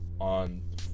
on